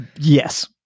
Yes